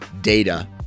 data